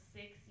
six